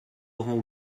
orangs